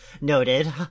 noted